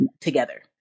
together